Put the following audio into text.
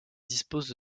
disposent